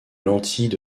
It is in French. lentilles